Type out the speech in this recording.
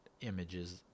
images